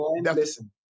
listen